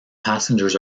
passengers